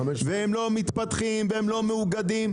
והם לא מתפתחים והם לא מאוגדים,